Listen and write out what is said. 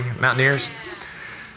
Mountaineers